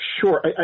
Sure